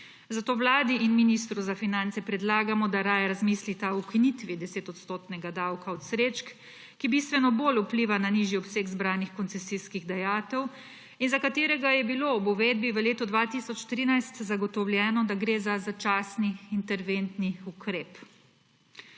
Zato Vladi in ministru za finance predlagamo, da raje razmislita o ukinitvi 10-odstotnega davka od srečk, ki bistveno bolj vpliva na nižji obseg zbranih koncesijskih dajatev in za katerega je bilo ob uvedbi v letu 2013 zagotovljeno, da gre za začasni interventni ukrep.